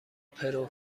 پرو